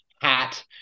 hat